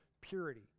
purity